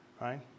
right